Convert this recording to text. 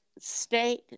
state